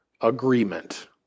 agreement